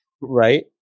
Right